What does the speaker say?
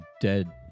dead